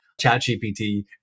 ChatGPT